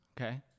okay